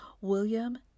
William